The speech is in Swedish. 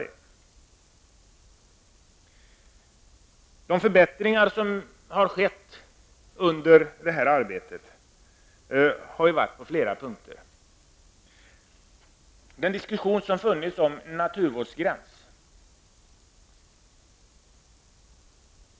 I det här arbetet har det skett förbättringar på flera punkter. Bl.a. har det varit en diskussion om en naturvårdsgräns.